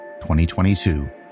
2022